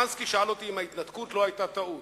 "שרנסקי שאל אותי אם ההתנתקות לא היתה טעות.